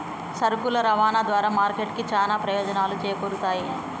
సరుకుల రవాణా ద్వారా మార్కెట్ కి చానా ప్రయోజనాలు చేకూరుతయ్